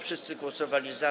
Wszyscy głosowali za.